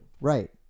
Right